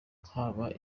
baha